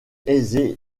aisée